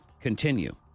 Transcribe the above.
Continue